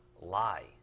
lie